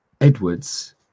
edwards